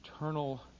eternal